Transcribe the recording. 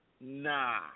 nah